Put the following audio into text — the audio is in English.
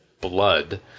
blood